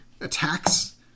attacks